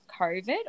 COVID